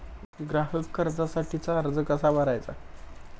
ग्राहक कर्जासाठीचा अर्ज कसा भरायचा?